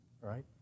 right